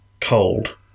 cold